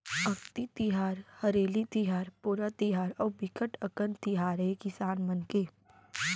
अक्ति तिहार, हरेली तिहार, पोरा तिहार अउ बिकट अकन तिहार हे किसान मन के